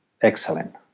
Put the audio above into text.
excellent